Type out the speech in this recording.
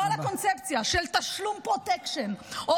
כל הקונספציה של תשלום פרוטקשן או